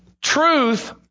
Truth